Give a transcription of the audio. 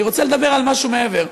אני רוצה לדבר על משהו מעבר: